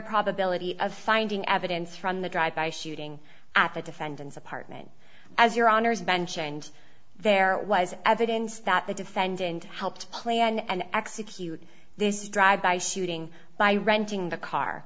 probability of finding evidence from the drive by shooting at the defendant's apartment as your honor's bench and there was evidence that the defendant helped plan and execute this drive by shooting by renting the car